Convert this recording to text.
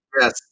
Yes